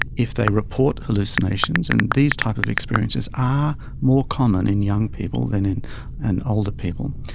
if they report hallucinations, and these type of experiences are more common in young people than in and older people,